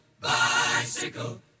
bicycle